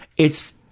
it's,